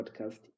podcast